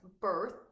birth